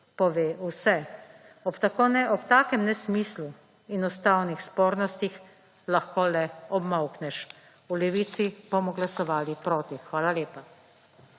pove vse. Ob takem nesmislu in ustavnih spornostih lahko le obmolkneš. V Levici bomo glasovali proti. Hvala lepa.